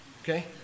okay